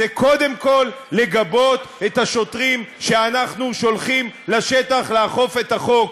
זה קודם כול לגבות את השוטרים שאנחנו שולחים לשטח לאכוף את החוק,